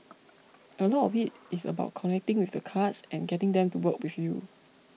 a lot of it is about connecting with the cards and getting them to work with you